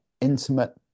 intimate